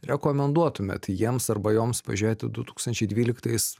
rekomenduotumėt jiems arba joms pažiūrėti du tūkstančiai dvyliktais